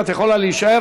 את יכולה להישאר,